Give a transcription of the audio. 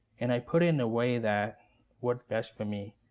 and i put it in a way that worked best for me,